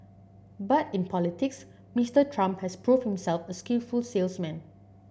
but in politics Mister Trump has proved himself a skillful salesman